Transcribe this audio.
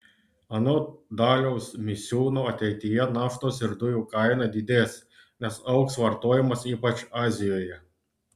anot daliaus misiūno ateityje naftos ir dujų kaina didės nes augs vartojimas ypač azijoje